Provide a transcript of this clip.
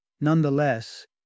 Nonetheless